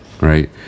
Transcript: right